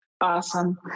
awesome